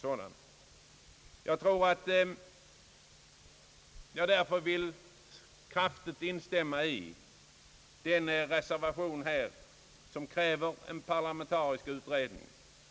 Jag vill därför kraftigt instämma i yrkandet om bifall till den reservation, som avgetts på denna punkt och i vilken kräves en parlamentarisk utredning.